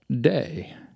day